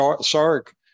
Sark